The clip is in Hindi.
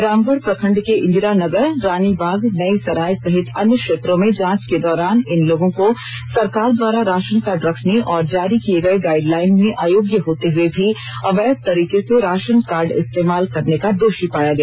रामगढ प्रखंड के इंदिरा नगर रानीबाग नई सराय सहित अन्य क्षेत्रों में जांच के दौरान इन लोगों को सरकार द्वारा राशन कार्ड रखने और जारी किये गए गाइडलाइन में अयोग्य होते हुए भी अवैध तरीके से राशन कार्ड इस्तेमाल करने का दोषी पाया गया